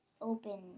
open